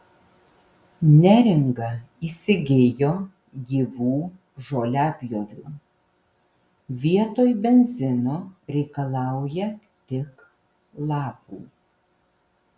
neringa įsigijo gyvų žoliapjovių vietoj benzino reikalauja tik lapų